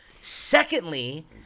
Secondly